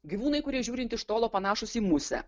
gyvūnai kurie žiūrint iš tolo panašūs į musę